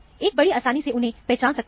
एक बड़ी आसानी से उन्हें पहचान सकता है